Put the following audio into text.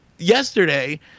yesterday